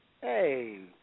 Hey